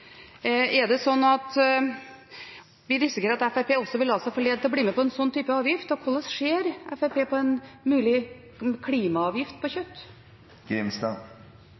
Er det slik at vi risikerer at Fremskrittspartiet også vil la seg forlede til å bli med på en slik type avgift? Og hvordan ser Fremskrittspartiet på en mulig klimaavgift på kjøtt?